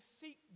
seek